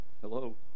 Hello